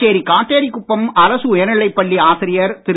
புதுச்சேரி காட்டேரிக்குப்பம் அரசு உயர்நிலைப் பள்ளி ஆசிரியர் திரு